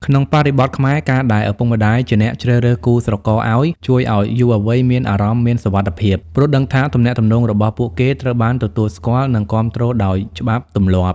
ក្នុងបរិបទខ្មែរ ការដែលឪពុកម្ដាយជាអ្នកជ្រើសរើសគូស្រករឱ្យ ជួយឱ្យយុវវ័យមានអារម្មណ៍មានសុវត្ថិភាព ព្រោះដឹងថាទំនាក់ទំនងរបស់ពួកគេត្រូវបានទទួលស្គាល់ និងគាំទ្រដោយច្បាប់ទម្លាប់។